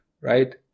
right